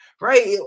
right